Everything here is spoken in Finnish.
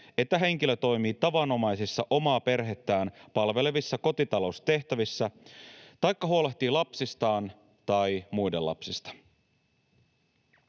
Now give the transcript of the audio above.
että henkilö toimii tavanomaisissa, omaa perhettään palvelevissa kotitaloustehtävissä taikka huolehtii lapsistaan tai muiden lapsista.